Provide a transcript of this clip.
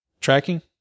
tracking